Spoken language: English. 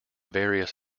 various